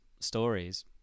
stories